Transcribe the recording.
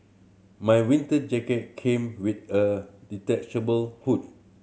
my winter jacket came with a detachable hood